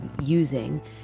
using